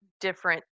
different